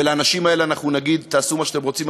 ולאנשים האלה אנחנו נגיד: תעשו מה שאתם רוצים,